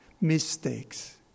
mistakes